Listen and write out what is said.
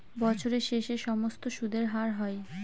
বছরের শেষে সমস্ত সুদের হার হয়